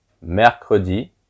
mercredi